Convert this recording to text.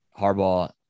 Harbaugh